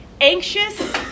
anxious